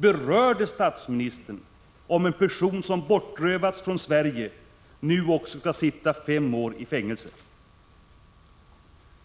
Berör det statsministern om en person som har bortrövats från Sverige nu skall sitta fem år i fängelse?